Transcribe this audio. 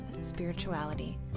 spirituality